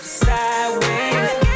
sideways